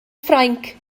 ffrainc